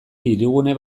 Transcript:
hirigune